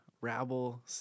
rabble